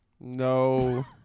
No